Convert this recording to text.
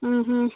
മ് മ്